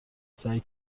سعی